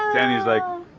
danny's like,